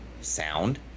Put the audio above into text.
sound